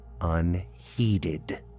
unheeded